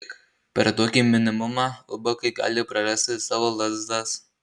per tokį minimumą ubagai gali prarasti ir savo lazdas